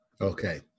Okay